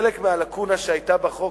חלק מהלקונה שהיתה בחוק,